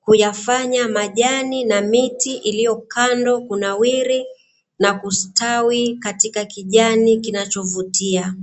kuyafanya majani na miti iliyo kando, kunawiri na kustawi katika kijani kinachovutia.